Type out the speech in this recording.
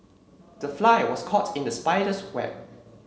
the fly was caught in the spider's web